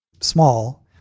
small